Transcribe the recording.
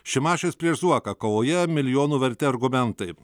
šimašius prieš zuoką kovoje milijonų verti argumentai